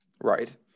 Right